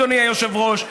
אדוני היושב-ראש,